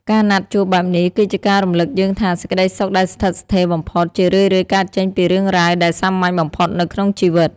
ការណាត់ជួបបែបនេះ គឺជាការរំលឹកយើងថា សេចក្តីសុខដែលស្ថិតស្ថេរបំផុត ជារឿយៗកើតចេញពីរឿងរ៉ាវដែលសាមញ្ញបំផុតនៅក្នុងជីវិត។